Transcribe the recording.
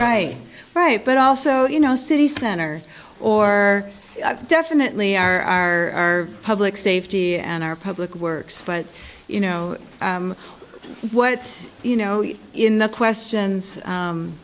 right right but also you know city center or definitely our public safety and our public works but you know what you know in the questions